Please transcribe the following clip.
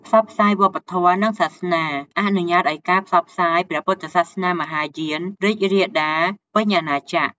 ផ្សព្វផ្សាយវប្បធម៌ និងសាសនា អនុញ្ញាតឲ្យការផ្សព្វផ្សាយព្រះពុទ្ធសាសនាមហាយានរីករាលដាលពេញអាណាចក្រ។